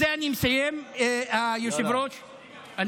בזה אני מסיים, היושב-ראש.